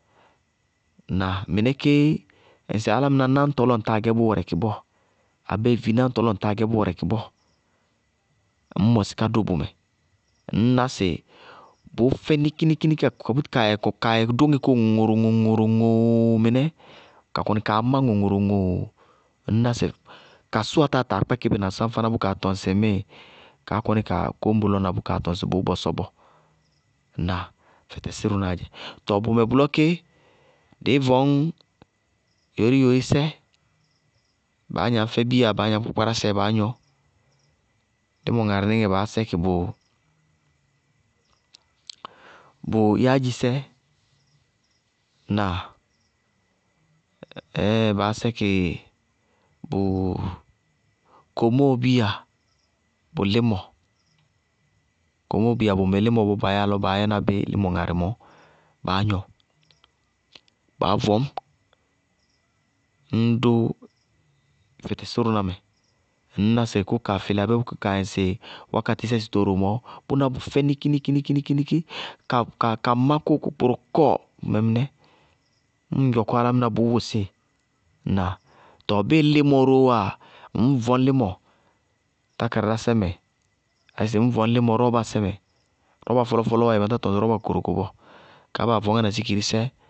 Ŋnáa? Mɩnɛ kéé ŋsɩ álámɩná náŋtɔ, lɔ ŋ táa gɛ bʋ wɛrɛkɩ bɔɔ, abéé vináñtɔ lɔ ŋtáa gɛ bʋ wɛrɛkɩ bɔɔ, ŋñ mɔsí ka dʋ bʋmɛ, ŋñná sɩ bʋʋ fɛ níkíníkíníkí ka búti kaa yɛ dóŋɛ kóo ŋoŋoroŋooo mɩnɛ, ka kɔnɩ kaa má ŋoŋoroŋooo, ŋñná sɩ kasʋwa táa taa kpɛkɩ bí sáñfáná na bʋkaa tɔŋ sɩŋmɩɩ kaá kɔní kaa kóñ bʋlɔ na bʋ kaa tɔŋ sɩ bʋʋ bɔsɔ bɔɔ. Ŋnáa? Fɛtɛsírʋnáá dzɛ, tɔɔ bʋmɛ bʋlɔ kéé, dɩí vɔñ yorí-yorísɛ baá gnañ fɛ bíya, baá gnañ fɛ kpákpárásɛ baá gnɔ, límɔ ŋarɩ níŋɛ baá sɛkɩ bʋ yáádzisɛ. Ŋnáa? baá sɛkɩ komóo bíya bʋ límɔ, komóo bíya, bʋ mɩlímɔ bʋʋ baa yáa lɔ baá yɛna bí límɔ ŋarɩ mɔɔ baá gnɔ, baá vɔñ ññ dʋ fɛtɛsírʋná mɛ, ŋñná sɩ kʋ kaa fɩlɩ abéé kʋ kaa yɛ ŋsɩ wákatɩsɛ sɩtooro mɔɔ, bʋná bʋ fɛ níkíníkíníkí ka má kóo kɔkɔrɔkɔ mɩnɛ, ñŋ ŋ yɔkɔ álámɩná, bʋʋ wʋsíɩ. Ŋnáa? Tɔɔ bíɩ límɔ róó wáa, ŋñ vɔñ límɔ tákáradásɛ mɛ ayé sɩ ŋñ vʋñ límɔ rɔɔbasɛ mɛ. Rɔɔba fɔlɔfɔlɔɔ wá yéé matá tɔŋ sɩ rɔɔba kokorokoo bɔɔ, kaá baa vɔñŋá na sikirisɛ.